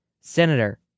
senator